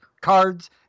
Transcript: cards